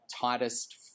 tightest